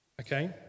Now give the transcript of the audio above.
Okay